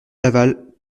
laval